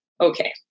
okay